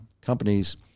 companies